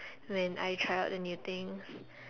when I try out the new things